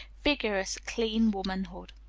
vigorous, clean womanhood.